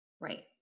Right